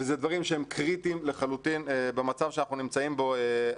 אלה דברים שהם קריטיים במצב בו אנחנו נמצאים עכשיו.